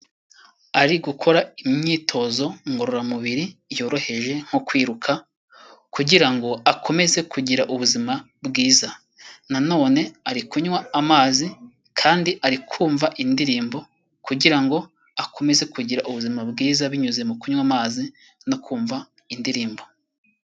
Ari gukora imyitozo ngororamubiri yoroheje, nko kwiruka kugira ngo akomeze kugira ubuzima bwiza, nanone ari kunywa amazi kandi ari kumva indirimbo kugira ngo akomeze kugira ubuzima bwiza, binyuze mu kunywa amazi no kumva indirimbo.